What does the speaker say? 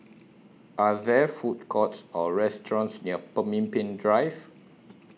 Are There Food Courts Or restaurants near Pemimpin Drive